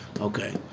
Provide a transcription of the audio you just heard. Okay